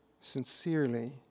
sincerely